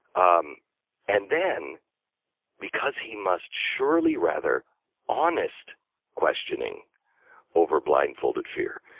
um and then because he must surely rather honest questioning over blindfolded fear,